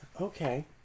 Okay